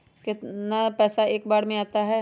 कितना पैसा एक बार में जाता है?